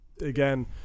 again